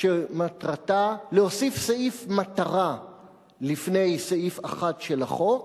שמטרתה להוסיף סעיף מטרה לפני סעיף 1 של החוק,